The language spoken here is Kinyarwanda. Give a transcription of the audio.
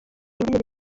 ndirimbo